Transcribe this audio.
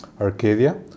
arcadia